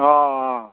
অঁ অঁ